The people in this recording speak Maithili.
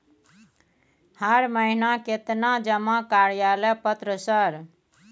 हर महीना केतना जमा कार्यालय पत्र सर?